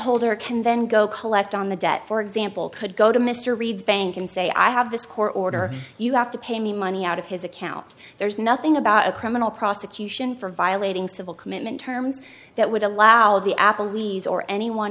holder can then go collect on the debt for example could go to mr reed's bank and say i have this court order you have to pay me money out of his account there's nothing about a criminal prosecution for violating civil commitment terms that would allow the apple weeds or anyone